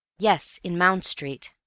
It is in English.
yes, in mount street.